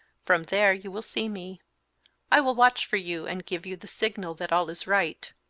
from there you will see me i will watch for you and give you the signal that all is right.